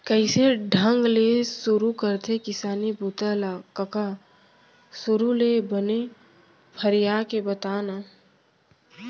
कइसे ढंग ले सुरू करथे किसानी बूता ल कका? सुरू ले बने फरिया के बता न